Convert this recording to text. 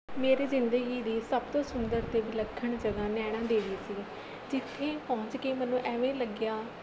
ਮੇਰੀ ਜ਼ਿੰਦਗੀ ਦੀ ਸਭ ਤੋਂ ਸੁੰਦਰ ਅਤੇ ਵਿਲੱਖਣ ਜਗ੍ਹਾ ਨੈਣਾ ਦੇਵੀ ਸੀ ਜਿੱਥੇ ਪਹੁੰਚ ਕੇ ਮੈਨੂੰ ਐਵੇਂ ਲੱਗਿਆ